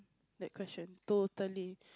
that question totally